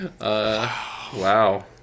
Wow